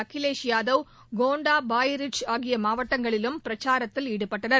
அகிலேஷ் யாதவ் கோண்டா பாரைச் ஆகிய மாவட்டங்களிலும் பிரச்சாரத்தில் ஈடுபட்டனர்